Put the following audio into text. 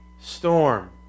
storm